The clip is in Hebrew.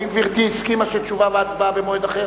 האם גברתי הסכימה שתשובה והצבעה יהיו במועד אחר?